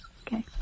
Okay